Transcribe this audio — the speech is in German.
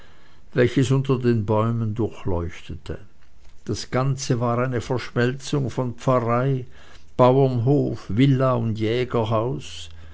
welches unter den bäumen durchleuchtete das ganze war eine verschmelzung von pfarrei bauernhof villa und